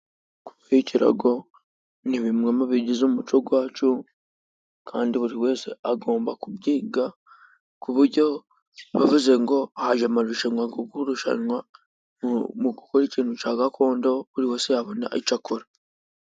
Kuboha ikirago ni bimwe mu bigize umuco wacu, kandi buri wese agomba kubyiga, ku buryo bavuze ngo haje amarushanwa yo kurushanwa mu gukora ikintu cya gakondo, buri wese yabona icyo akora.